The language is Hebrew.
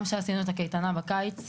גם כשעשינו את הקייטנה בקיץ,